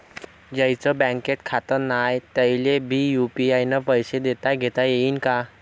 ज्याईचं बँकेत खातं नाय त्याईले बी यू.पी.आय न पैसे देताघेता येईन काय?